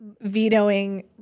vetoing